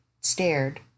stared